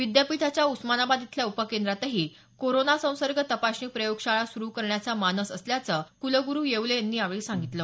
विद्यापीठाच्या उस्मानाबाद इथल्या उपकेंद्रातही कोरोना संसर्ग तपासणी प्रयोगशाळा सुरू करण्याचा मानस असल्याचं कुलगुरु येवले यांनी यावेळी सांगितलं